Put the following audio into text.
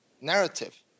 narrative